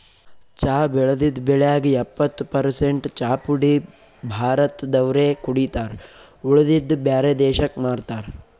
ಚಾ ಬೆಳದಿದ್ದ್ ಬೆಳ್ಯಾಗ್ ಎಪ್ಪತ್ತ್ ಪರಸೆಂಟ್ ಚಾಪುಡಿ ಭಾರತ್ ದವ್ರೆ ಕುಡಿತಾರ್ ಉಳದಿದ್ದ್ ಬ್ಯಾರೆ ದೇಶಕ್ಕ್ ಮಾರ್ತಾರ್